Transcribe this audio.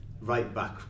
right-back